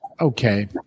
okay